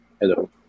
Hello